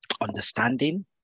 Understanding